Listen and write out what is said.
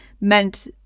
meant